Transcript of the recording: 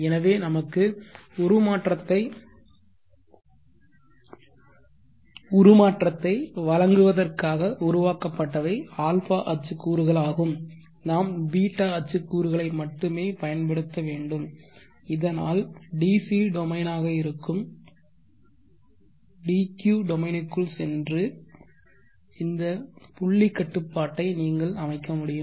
எனவே நமக்கு உருமாற்றத்தை வழங்குவதற்காக உருவாக்கப்பட்டவை α அச்சு கூறுகள் ஆகும் நாம் β அச்சு கூறுகளை மட்டுமே பயன்படுத்த வேண்டும் இதனால் DC டொமைனாக இருக்கும் dq டொமைனுக்குள் சென்று இந்த புள்ளி கட்டுப்பாட்டை நீங்கள் அமைக்க முடியும்